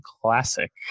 classic